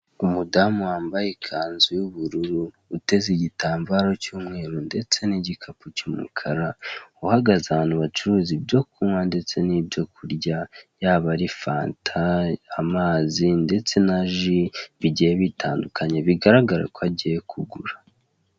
Umudamu wambaye ikanzu y'ubururu, uteze igitambaro cy'umweru ndetse n'igikapu cy'umukara, uhagaze ahantu bacururiza ibyo kunywa ndetse n'ibyo kurya, yaba ari fanta, amazi, ndetse na ji bitandukanye, bigaragara ko agiye kugura.